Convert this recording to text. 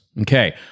Okay